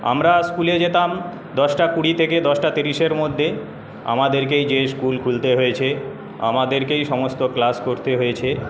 আমরা স্কুলে যেতাম দশটা কুড়ি থেকে দশটা তিরিশের মধ্যে আমাদেরকেই যেয়ে স্কুল খুলতে হয়েছে আমাদেরকেই সমস্ত ক্লাস করতে হয়েছে